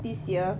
this year